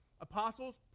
Apostles